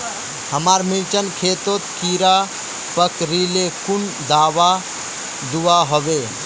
हमार मिर्चन खेतोत कीड़ा पकरिले कुन दाबा दुआहोबे?